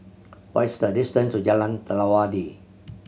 what is the distance to Jalan Telawi